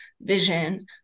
Vision